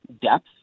depth